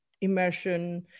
immersion